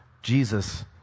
jesus